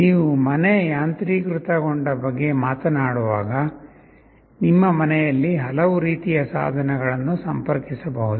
ನೀವು ಮನೆ ಯಾಂತ್ರೀಕೃತಗೊಂಡಬಗ್ಗೆ ಮಾತನಾಡುವಾಗ ನಿಮ್ಮ ಮನೆಯಲ್ಲಿ ಹಲವು ರೀತಿಯ ಸಾಧನಗಳನ್ನು ಸಂಪರ್ಕಿಸಬಹುದು